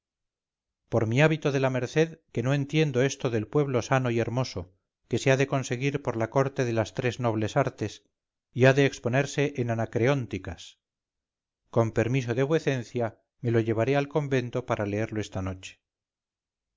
por mi hábito de la merced que no entiendo esto del pueblo sano y hermoso que se ha de conseguir por la corte de las tres nobles artes y ha de exponerse en anacreónticas con permiso de vuecencia me lo llevaré al convento para leerlo esta noche